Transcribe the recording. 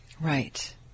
Right